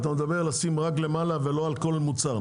אתה מדבר לשים למעלה ולא על כל מוצר.